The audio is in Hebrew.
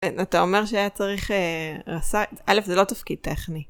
אתה אומר שהיה צריך רס... אלף זה לא תפקיד טכני.